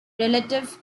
relative